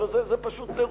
זה פשוט טירוף.